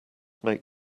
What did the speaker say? make